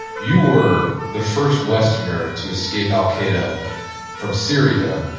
you were the first westerner to escape al-qaeda from syria.